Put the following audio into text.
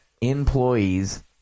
employees